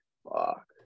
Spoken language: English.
Fuck